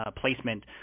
placement